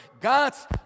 God's